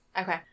Okay